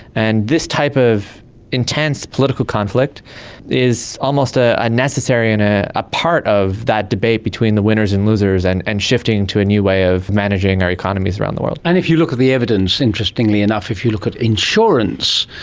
and this type of intense political conflict is almost a a necessary and ah a part of that debate between the winners and losers and and shifting to a new way of managing our economies around the world. and if you look at the evidence, interestingly enough if you look at insurance,